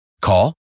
Call